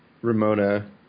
Ramona